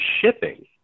shipping